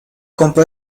compró